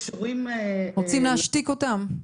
שקשורים --- רוצים להשתיק אותם?